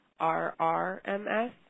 RRMS